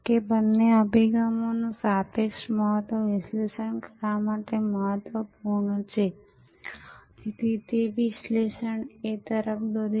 કે તમે આ વિતરણ નેટવર્કની મજબૂતી કેવી રીતે સુનિશ્ચિત કરશો અથવા તમે વૃદ્ધિ સાથે કેવી રીતે વ્યવહાર કરશો અથવા શું થવાનું છે જો તમારી પાસે વધુ સ્પર્ધકો છે અને વિશ્વ બદલાઈ રહ્યું છે તો શું ડબ્બાવાલાઓ બદલાશે